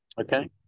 Okay